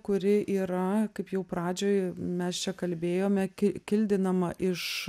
kuri yra kaip jau pradžioj mes čia kalbėjome ki kildinama iš